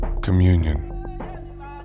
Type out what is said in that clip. Communion